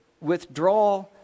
withdraw